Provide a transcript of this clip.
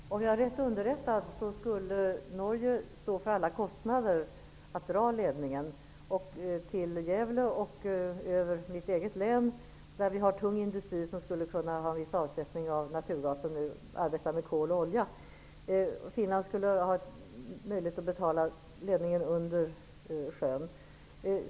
Herr talman! Om jag är rätt underrättad skulle Norge stå för alla kostnaderna för att dra ledningen till Gävle och över mitt eget län, som har tung industri -- där man nu arbetar med kol och olja -- som skulle kunna ha viss avsättning av naturgas.